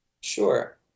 Sure